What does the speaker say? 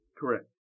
Correct